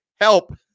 help